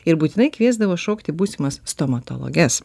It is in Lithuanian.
ir būtinai kviesdavo šokti būsimas stomatologes